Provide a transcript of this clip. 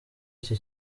iki